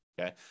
Okay